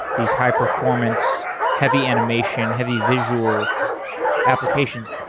these high-performance heavy animation, heavy visual applications,